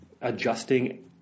adjusting